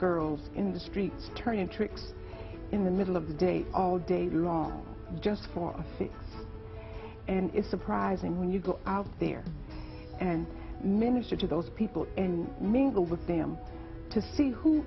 girls in the street turning tricks in the middle of the day all day long just for is surprising when you go out there and minister to those people and mingle with them to see